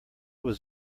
was